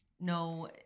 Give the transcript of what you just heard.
no